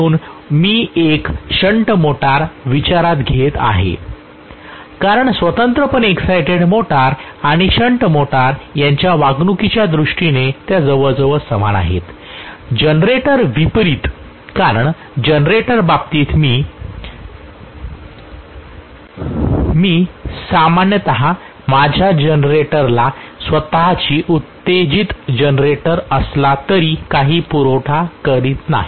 म्हणून मी एक शण्ट मोटार विचारात घेत आहे कारण स्वतंत्रपणे एक्सएटेड मोटर आणि शंट मोटर त्यांच्या वागणुकीच्या दृष्टीने जवळजवळ समान आहेत जनरेटर विपरीत कारण जनरेटर बाबतीत मी सामान्यत माझ्या जनरेटरला स्वत ची उत्तेजित जनरेटर असला तरी काही पुरवठा करत नाही